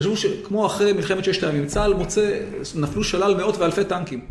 חשבו שכמו אחרי מלחמת ששת הימים צה"ל מוצא, נפלו שלל מאות ואלפי טנקים.